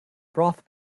broth